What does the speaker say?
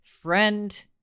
friend